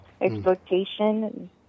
exploitation